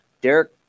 Derek